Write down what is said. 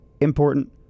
important